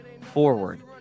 forward